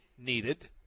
Needed